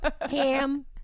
ham